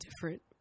different